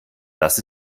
das